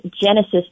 Genesis